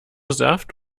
saft